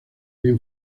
bien